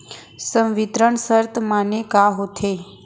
संवितरण शर्त माने का होथे?